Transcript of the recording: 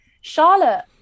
Charlotte